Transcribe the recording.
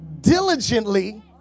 diligently